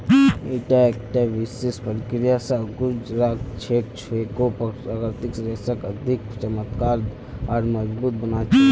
ईटा एकता विशेष प्रक्रिया स गुज र छेक जेको प्राकृतिक रेशाक अधिक चमकदार आर मजबूत बना छेक